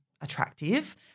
attractive